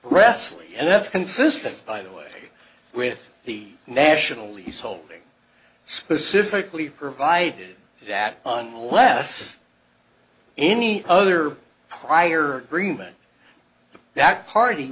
express and that's consistent by the way with the national lease holding specifically provided that unless any other prior agreement to that party